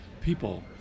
people